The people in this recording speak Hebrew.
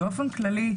באופן כללי,